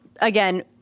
Again